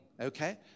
Okay